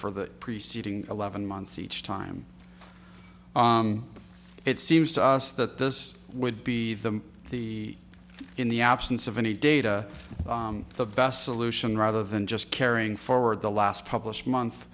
for the preceding eleven months each time it seems to us that this would be the the in the absence of any data the best solution rather than just carrying forward the last published month